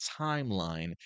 timeline